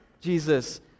Jesus